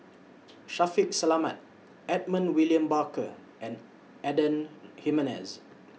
Shaffiq Selamat Edmund William Barker and Adan human as